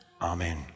Amen